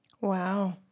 Wow